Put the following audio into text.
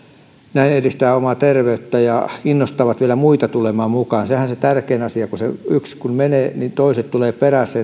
näin edistävät omaa terveyttään ja innostavat vielä muita tulemaan mukaan sehän on se tärkein asia kun se yksi menee niin toiset tulevat perässä